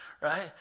right